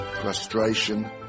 frustration